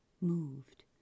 moved